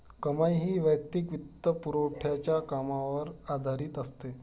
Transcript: कमाई ही वैयक्तिक वित्तपुरवठ्याच्या कामावर आधारित असते